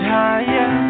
higher